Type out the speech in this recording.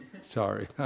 Sorry